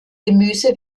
gemüse